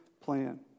plan